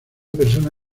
persona